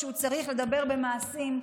כשהוא צריך לדבר במעשים,